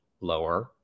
lower